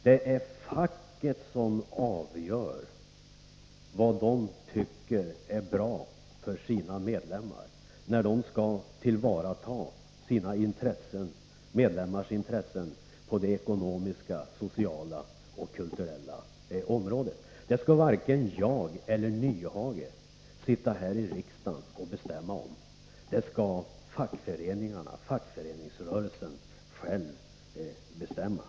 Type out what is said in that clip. Det är facket som avgör vad man tycker är bra för sina medlemmar när man skall tillvarata sina medlemmars intressen på det ekonomiska, sociala och kulturella området. Det skall varken jag eller Nyhage sitta här i riksdagen och bestämma — det skall fackföreningsrörelsen själv bestämma.